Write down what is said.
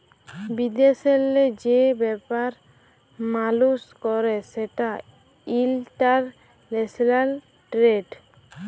বিদেশেল্লে যে ব্যাপার মালুস ক্যরে সেটা ইলটারল্যাশলাল টেরেড